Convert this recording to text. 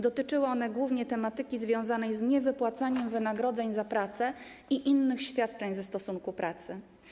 Dotyczyły one głównie tematyki związanej z niewypłacaniem wynagrodzeń za pracę i innych świadczeń wynikających ze stosunku pracy.